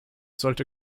sollte